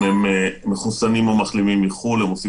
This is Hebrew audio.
אם הם מחוסנים או מחלימים מחו"ל הם עושים